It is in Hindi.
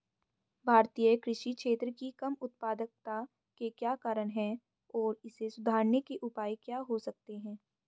भारतीय कृषि क्षेत्र की कम उत्पादकता के क्या कारण हैं और इसे सुधारने के उपाय क्या हो सकते हैं?